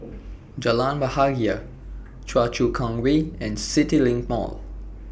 Jalan Bahagia Choa Chu Kang Way and CityLink Mall